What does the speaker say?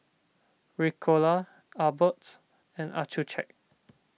Ricola Abbott and Accucheck